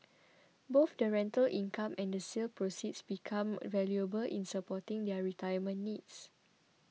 both the rental income and the sale proceeds become valuable in supporting their retirement needs